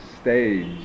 stage